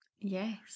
Yes